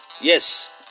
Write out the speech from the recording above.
Yes